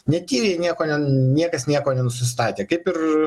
netyrė nieko nen niekas nieko nenusistatė kaip ir